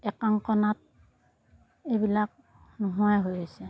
একাংক নাট এইবিলাক নোহোৱাই হৈ গৈছে